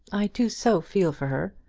i do so feel for her.